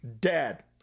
dead